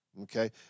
Okay